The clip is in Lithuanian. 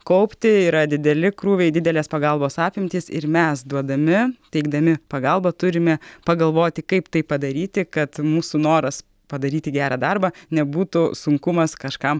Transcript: kaupti yra dideli krūviai didelės pagalbos apimtys ir mes duodami teikdami pagalbą turime pagalvoti kaip tai padaryti kad mūsų noras padaryti gerą darbą nebūtų sunkumas kažkam